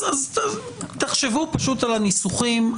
תחשבו על הניסוחים.